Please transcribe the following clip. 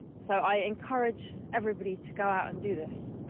so i encourage everybody to go out and do this.